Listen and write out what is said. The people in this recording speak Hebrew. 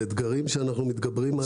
אלה אתגרים שאנחנו מתגברים עליהם.